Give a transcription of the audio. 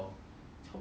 two K each eh